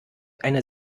eine